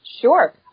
Sure